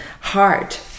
heart